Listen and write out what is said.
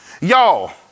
Y'all